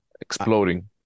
exploding